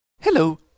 Hello